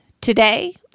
Today